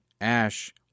Ash